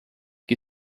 que